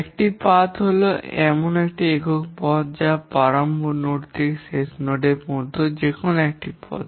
একটি পাথ হল যে কোনও একক পাথ হল প্রারম্ভ নোড থেকে শেষ নোডের যে কোনও পথ